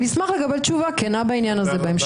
אשמח לקבל תשובה כנה בעניין הזה בהמשך.